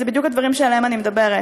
כי זה בדיוק הדברים שעליהם אני מדברת.